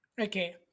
Okay